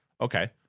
okay